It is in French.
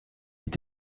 ait